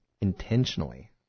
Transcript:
intentionally